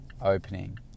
opening